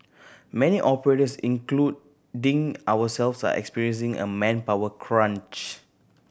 many operators including ourselves are experiencing a manpower crunch